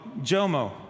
Jomo